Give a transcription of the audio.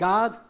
God